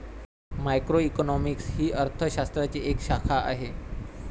macroeconomics ही अर्थ शास्त्राची एक शाखा आहे